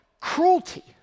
cruelty